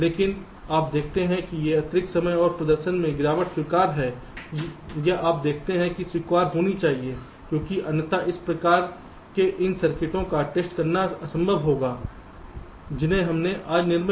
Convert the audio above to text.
लेकिन आप देखते हैं कि ये अतिरिक्त समय और प्रदर्शन में गिरावट स्वीकार्य है या आप देखते हैं कि स्वीकार्य होना चाहिए क्योंकि अन्यथा इन प्रकारों के इन सर्किटों का टेस्ट करना असंभव होगा जिन्हें हमने आज निर्मित किया है